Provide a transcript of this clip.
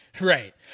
Right